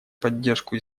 поддержку